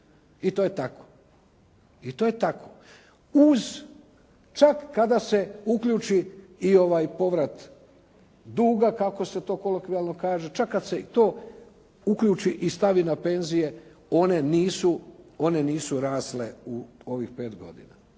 pet godina i to je tako. Uz čak kada se uključi i ovaj povrat duga kako se to kolokvijalno kaže, čak kada se i to uključi i stavi na penzije one nisu rasle u ovih 5 godina,